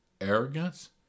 arrogance